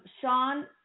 Sean